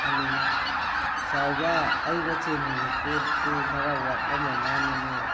hello ꯆꯥꯎꯕ ꯑꯩꯅ ꯆꯦꯟꯈꯤꯕ ꯄꯣꯠꯇꯨ ꯈꯔ ꯋꯥꯠꯂꯝꯃ ꯃꯥꯜꯂꯦꯅꯦ